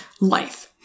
life